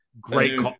great